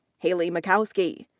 haley makowski.